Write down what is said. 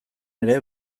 ere